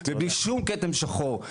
ובלי שום כתם שחור.